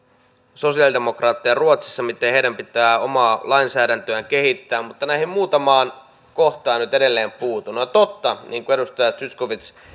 sosialidemokraatteja ruotsissa miten heidän pitää omaa lainsäädäntöään kehittää mutta näihin muutamaan kohtaan nyt edelleen puutun on totta niin kuin edustaja zyskowicz